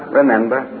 remember